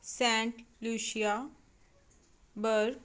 saint lucia berg